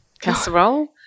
casserole